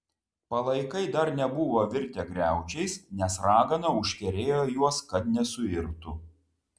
palaikai dar nebuvo virtę griaučiais nes ragana užkerėjo juos kad nesuirtų